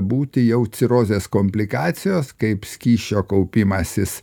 būti jau cirozės komplikacijos kaip skysčio kaupimasis